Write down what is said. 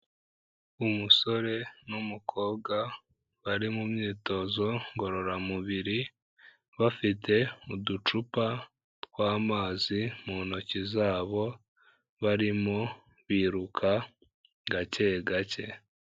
Umusore n'umukobwa bari mu myitozo ngororamubiri, bafite uducupa tw'amazi mu ntoki zabo, barimo biruka gake gake.